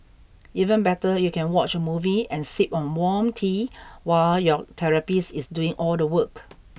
even better you can watch a movie and sip on warm tea while your therapist is doing all the work